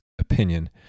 opinion